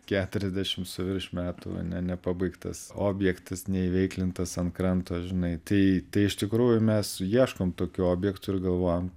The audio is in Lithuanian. keturiasdešim su virš metų ane nepabaigtas objektas neįveiklintas ant kranto žinai tai tai iš tikrųjų mes ieškom tokių objektų ir galvojam